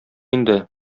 инде